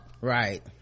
Right